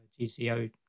GCO